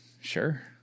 Sure